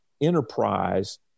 enterprise